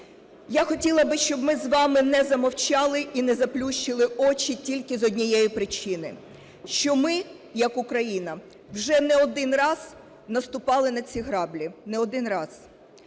Я хотіла б, щоб ми з вами не замовчали і не заплющили очі тільки з однієї причини, що ми як Україна вже не один раз наступали на ці граблі, не один раз.